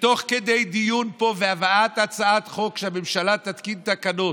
שתוך כדי דיון פה והבאת הצעת חוק שהממשלה תתקין תקנות,